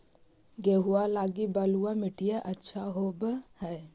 गेहुआ लगी बलुआ मिट्टियां अच्छा होव हैं?